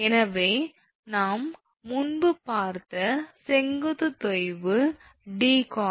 எனவே நாம் முன்பு பார்த்த செங்குத்து தொய்வு 𝑑cos𝜃